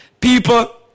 People